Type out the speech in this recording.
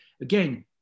Again